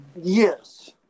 Yes